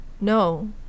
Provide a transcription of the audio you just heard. no